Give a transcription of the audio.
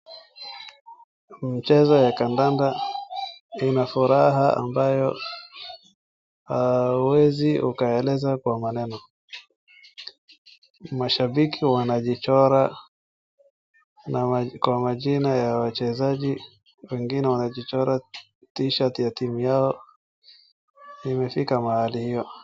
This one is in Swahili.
Mchezo ya kandanda ina furaha ambayo huwezi ukaeleza kwa maneno. Mashabiki wanajichora kwa majina ya wachezaji, wengine wanajichora Tshirt ya timu yao imefika mahali hio.